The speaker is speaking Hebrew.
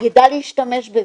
יידע להשתמש בזה.